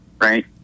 right